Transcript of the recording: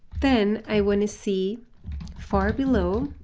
then i want to see far below,